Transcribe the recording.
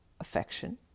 affection